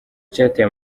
cyateye